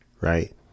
right